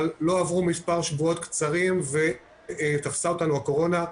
אבל לא עברו מספר שבועות קצרים ותפסה אותנו הקורונה,